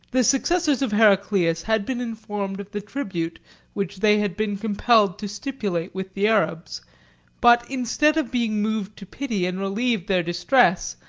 the successors of heraclius had been informed of the tribute which they had been compelled to stipulate with the arabs but instead of being moved to pity and relieve their distress,